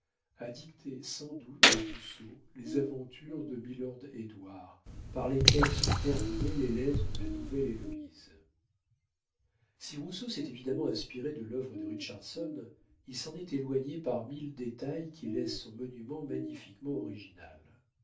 a dicté sans doute à rousseau les aventures de milord édouard par lesquelles sont terminées les lettres de la nouvelle-héloïse si rousseau s'est évidemment inspiré de l'œuvre de richardson il s'en est éloigné par mille détails qui laissent son monument magnifiquement original